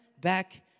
back